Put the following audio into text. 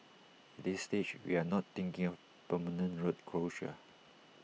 this stage we are not thinking of permanent road closure